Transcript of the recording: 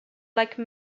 like